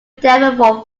devil